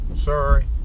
sorry